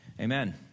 Amen